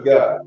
God